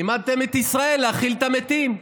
לימדתם את ישראל להכיל את המתים.